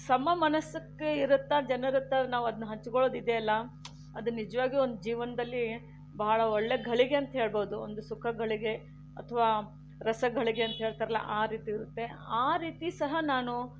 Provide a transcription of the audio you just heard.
ಸಮ ಮನಸ್ಕ ಇರುತ್ತಾ ಜನರ ಹತ್ರ ನಾವು ಅದನ್ನ ಹಂಚಿಕೊಳ್ಳೋದು ಇದೆ ಅಲ್ಲ ಅದು ನಿಜವಾಗಿಯೂ ಒಂದು ಜೀವನದಲ್ಲಿ ಬಹಳ ಒಳ್ಳೆ ಘಳಿಗೆ ಅಂತೇಳ್ಬೋದು ಒಂದು ಸುಖ ಘಳಿಗೆ ಅಥವಾ ರಸಘಳಿಗೆ ಅಂತ ಹೇಳ್ತಾರಲ್ಲ ಆ ರೀತಿ ಇರುತ್ತೆ ಆ ರೀತಿ ಸಹ ನಾನು